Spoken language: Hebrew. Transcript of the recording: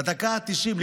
בדקה ה-90,